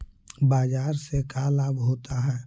बाजार से का लाभ होता है?